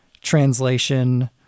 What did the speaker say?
translation